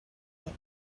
knit